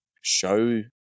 show